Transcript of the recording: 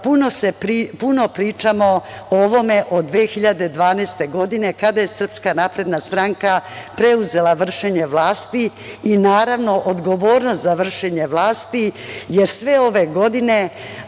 pričamo o ovome od 2012. godine kada je SNS preuzela vršenje vlasti i, naravno, odgovornost za vršenje vlasti, jer sve ove godine